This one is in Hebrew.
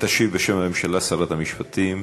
תשיב בשם הממשלה שרת המשפטים,